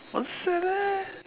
!wah! sad leh